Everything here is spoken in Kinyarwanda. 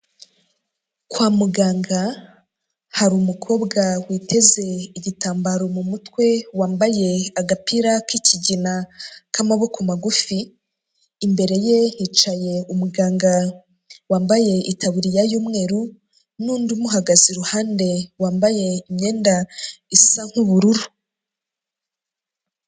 Kwa muganga hari umukobwa witeze igitambaro mu mutwe, wambaye agapira k'ikigina k'amaboko magufi, imbere ye hicaye umuganga wambaye itaburiya y'umweru, n'undi umuhagaze iruhande wambaye imyenda isa nk'ubururu.